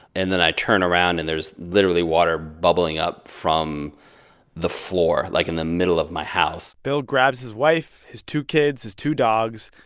and then i turn around, and there's literally water bubbling up from the floor like, in the middle of my house bill grabs his wife, his two kids, his two dogs.